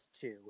two